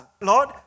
Lord